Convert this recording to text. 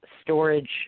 storage